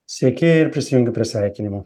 sveiki ir prisijungiu prie sveikinimų